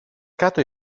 κάτω